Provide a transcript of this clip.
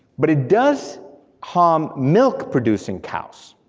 but it does harm milk-producing cows.